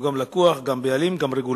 הוא גם לקוח, הוא גם בעלים, גם רגולטור,